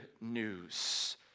news